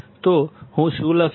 તો હું શું લખીશ